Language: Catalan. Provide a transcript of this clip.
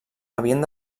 havien